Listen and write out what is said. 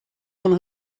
one